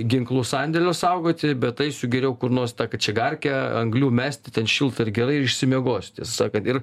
ginklų sandėlio saugoti bet aisiu geriau kur nors į tą kačegarkę anglių mesti ten šilta ir gerai ir išsimiegosiu tiesą sakant ir